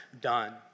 done